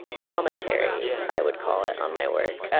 commentary. yeah. i would call it, on my work.